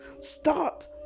start